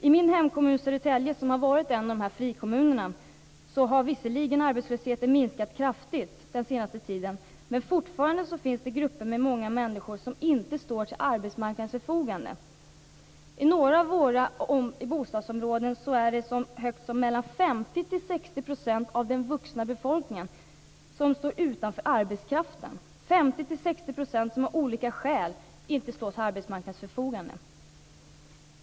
I min hemkommun Södertälje - en av frikommunerna - har visserligen arbetslösheten minskat kraftigt den senaste tiden, men fortfarande finns det grupper av många människor som inte står till arbetsmarknadens förfogande. I några bostadsområden står 50 60 % av den vuxna befolkningen utanför arbetskraften. 50-60 % av befolkningen står av olika skäl inte till arbetsmarknadens förfogande.